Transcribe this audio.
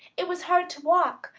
it was hard to walk,